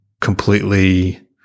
completely